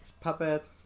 Puppet